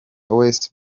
west